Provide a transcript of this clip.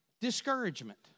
discouragement